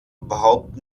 überhaupt